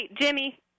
Jimmy